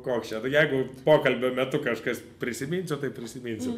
koks čia jeigu pokalbio metu kažkas prisiminsiu tai prisiminsiu